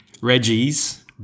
Reggie's